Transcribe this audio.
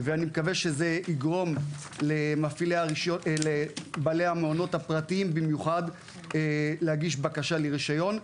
ואני מקווה שזה יגרום לבעלי המעונות הפרטיים במיוחד להגיש בקשה לרישיון.